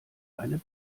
eine